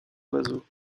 oiseaux